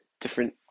different